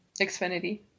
Xfinity